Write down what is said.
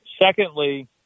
Secondly